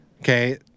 Okay